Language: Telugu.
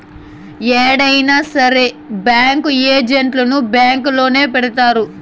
ఎక్కడైనా సరే బ్యాంకు ఏజెంట్లను బ్యాంకొల్లే పెడతారు